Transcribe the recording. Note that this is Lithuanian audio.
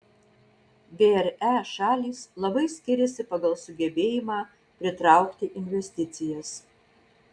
vre šalys labai skiriasi pagal sugebėjimą pritraukti investicijas